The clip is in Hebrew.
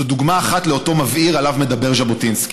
זאת דוגמה אחת לאותו מבעיר שעליו דיבר ז'בוטינסקי,